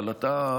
אבל אתה,